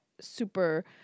super